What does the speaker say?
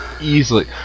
easily